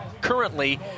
currently